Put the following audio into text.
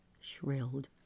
Shrilled